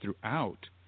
throughout